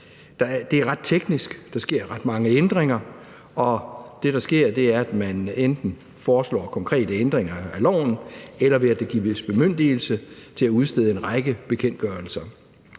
Det er ret teknisk; der sker ret mange ændringer, og det, der sker, er, at man enten foreslår konkrete ændringer af loven, eller at der gives bemyndigelse til at udstede en række bekendtgørelser.